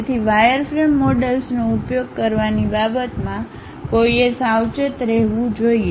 તેથી વાયરફ્રેમ મોડલ્સનો ઉપયોગ કરવાની બાબતમાં કોઈએ સાવચેત રહેવું જોઈએ